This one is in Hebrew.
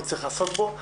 וצריך לעסוק בו.